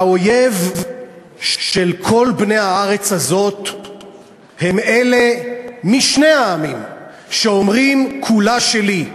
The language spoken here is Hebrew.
האויב של כל בני הארץ הזאת הם אלה משני העמים שאומרים: כולה שלי.